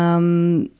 um,